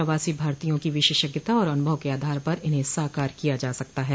प्रवासी भारतीयों की विशेषज्ञता और अनुभव के आधार पर इन्हें साकार किया जा सकता हैं